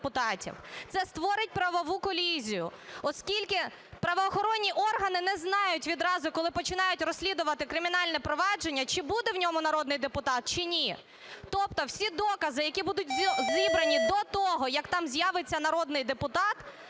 Це створить правову колізію, оскільки правоохоронні органи не знають відразу, коли починають розслідувати кримінальне провадження, чи буде в ньому народний депутат, чи ні. Тобто всі докази, які будуть зібрані до того, як там з'явиться народний депутат,